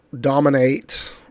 dominate